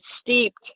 steeped